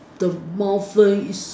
the mouth is